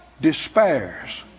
despairs